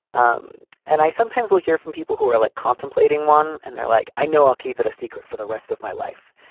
um and i sometimes will hear from people who are like contemplating one and they're like i know i'll keep it a secret for the rest of my life.